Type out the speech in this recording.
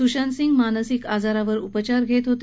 सुशांतसिंग हे मानसिक आजारावर उपचार घेत होते